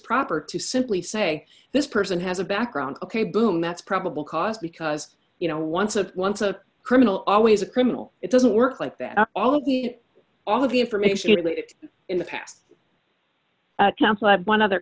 proper to simply say this person has a background ok boom that's probable cause because you know once a once a criminal always a criminal it doesn't work like that all all of the information in the past counsel one other